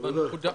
בוודאי.